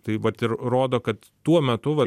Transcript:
tai vat ir rodo kad tuo metu va